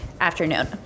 afternoon